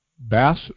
bass